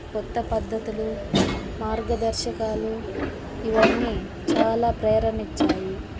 కొత్త పద్ధతులు మార్గదర్శకాలు ఇవన్నీ చాలా ప్రేరణ ఇచ్చాయి